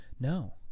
no